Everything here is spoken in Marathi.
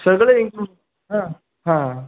सगळे इन्क्लूड हं हां